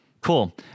Cool